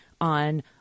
on